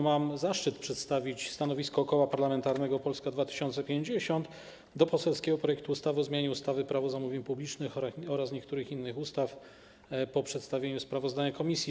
Mam zaszczyt przedstawić stanowisko Koła Parlamentarnego Polska 2050 w sprawie poselskiego projektu ustawy o zmianie ustawy - Prawo zamówień publicznych oraz niektórych innych ustaw, po przedstawieniu sprawozdania komisji.